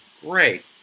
Great